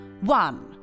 One